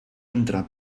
entre